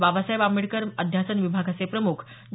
बाबासाहेब आंबेडकर अध्यासन विभागाचे प्रमुख डॉ